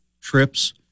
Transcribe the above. trips